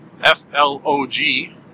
F-L-O-G